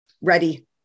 ready